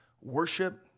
worship